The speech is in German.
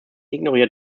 ignoriert